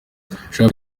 shampiyona